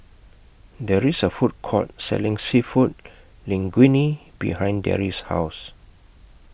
There IS A Food Court Selling Seafood Linguine behind Darry's House